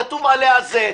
כתוב עליה זה,